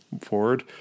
forward